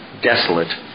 desolate